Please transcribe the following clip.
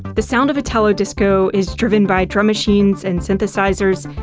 the sound of italo-disco is driven by drum machines and synthesizers.